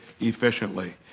efficiently